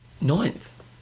Ninth